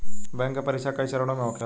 bank के परीक्षा कई चरणों में होखेला